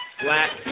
black